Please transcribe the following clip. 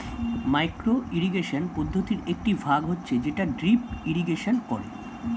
micro irrigation পদ্ধতির একটি ভাগ হচ্ছে যেটা ড্রিপ ইরিগেশন করে